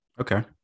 Okay